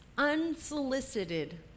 unsolicited